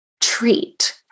treat